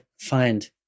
find